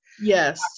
Yes